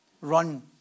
run